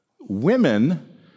women